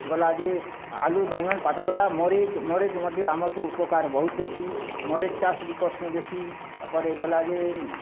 ଗଲା ଯେ ଆଲୁ ବାଇଗଣ ପାତଲକଟା ମରିଚ୍ ମରିଚ୍ ମଧ୍ୟ ଆମକୁ ଉପକାର ବହୁତ ଦେସି ମରିଚ୍ ଚାଷ୍ ବି କରୁସୁଁ ବେଶୀ ତା'ପରେ ଗଲା ଯେ